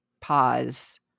pause